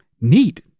Neat